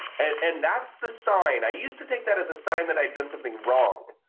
and that's the sign. i used to think that is a sign that i've done something wrong.